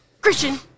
Christian